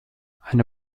eine